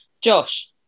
Josh